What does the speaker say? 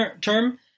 term